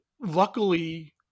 luckily